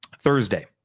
Thursday